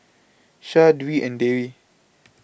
Syah Dwi and Dewi